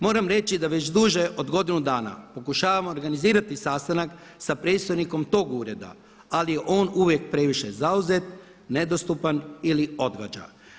Moram reći da već duže od godinu dana pokušavam organizirati sastanak sa predstojnikom tog ureda, ali je on uvijek previše zauzet, nedostupan ili odgađa.